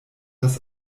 das